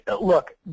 look